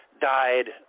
died